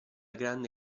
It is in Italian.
grande